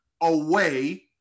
away